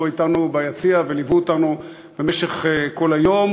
אתנו ביציע וליוו אותנו במשך כל היום,